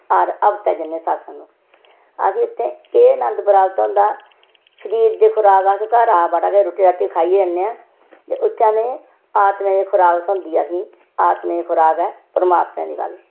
हर हफ्ते जन्ने सत्संग असें उत्थै केह् नन्द प्राप्त हुंदा शरीर दी खुराक अस घरा बड़ा किश रूट्टी राट्टी खाइयै जन्ने आं ते उत्थै असें आत्मा दी खुराक थ्होंदी ऐ असेंगी आत्मा दी खुराक ऐ परमात्मा दी गल्ल